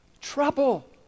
Trouble